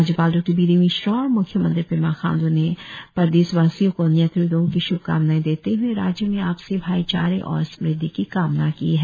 राज्यपाल डॉ B D Mishra और म्ख्यमंत्री पेमा खांडू ने प्रदेश वासियों को न्येत्री डॉव की श्भकामनाएं देते हुए राज्य में आपसी भाई चारे और समृद्धि की कामना की है